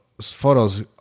photos